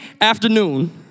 afternoon